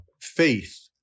faith